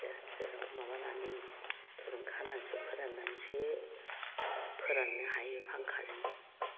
सेर सेराव माबानानै दुरुं खानानै फोराननानैसो फोराननो हायोे फांखाजों